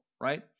right